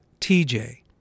TJ